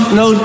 no